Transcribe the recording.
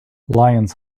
lions